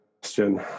question